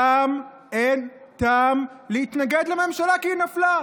אין טעם, אין טעם להתנגד לממשלה, כי היא נפלה.